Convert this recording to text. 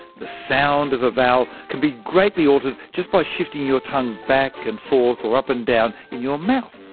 the sound of a vowel can be greatly altered just by shifting your tongue back and forth, or up and down, in your mouth.